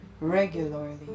regularly